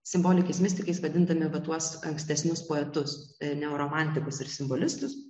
simbolikais mistikais vadindami tuos ankstesnius poetus neoromantikus ir simbolistus